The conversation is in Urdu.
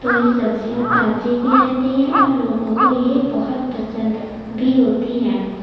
تو یہ سبزیاں تازی بھی رہتی ہیں اور لوگوں کو یہ بہت پسند بھی ہوتی ہیں